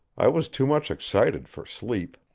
i was too much excited for sleep